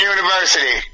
University